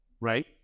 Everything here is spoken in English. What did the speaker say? right